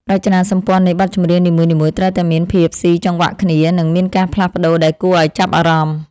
រចនាសម្ព័ន្ធនៃបទចម្រៀងនីមួយៗត្រូវតែមានភាពស៊ីចង្វាក់គ្នា និង មានការផ្លាស់ប្តូរដែលគួរឱ្យចាប់អារម្មណ៍។